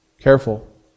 Careful